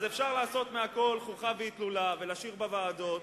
אז אפשר לעשות מהכול חוכא ואטלולא, ולשיר בוועדות.